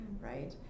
right